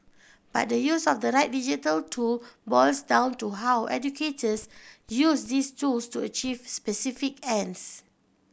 but the use of the right digital tool boils down to how educators use these tools to achieve specific ends